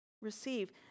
receive